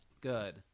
Good